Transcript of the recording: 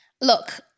Look